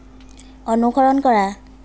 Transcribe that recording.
অনুসৰণ কৰা